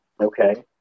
Okay